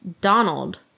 Donald